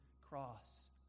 cross